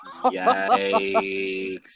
Yikes